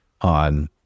on